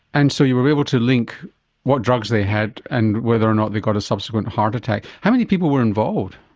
and so you were able to link what drugs they had and whether or not they got a subsequent heart attack. how many people were involved?